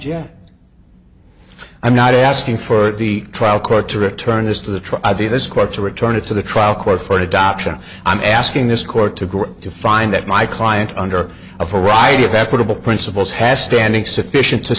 jack i'm not asking for the trial court to return this to the try this court to return to the trial court for adoption i'm asking this court to go to find that my client under a variety of equitable principles has standing sufficient to